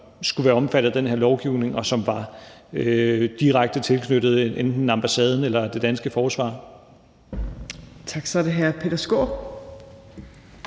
som skulle være omfattet af den her lovgivning, og som var direkte tilknyttet enten ambassaden eller det danske forsvar. Kl. 18:39 Tredje